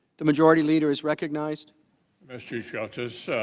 the majority leaders recognized as chief justice